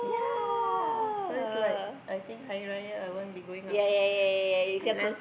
yeah so it's like I think Hari-Raya I won't be going unless